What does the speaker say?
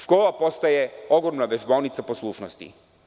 Škola postaje ogromna vežbaonica poslušnosti.